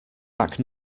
back